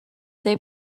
they